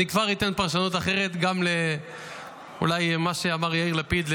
זה כבר --- אני כבר אתן פרשנות אחרת גם אולי למה שאמר יאיר לפיד,